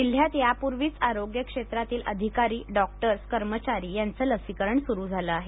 जिल्ह्यात यापूर्वीच आरोग्य क्षेत्रातील अधिकारी डॉक्टर्स कर्मचारी यांचे लसीकरण सुरू झाले आहे